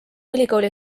ülikooli